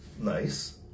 Nice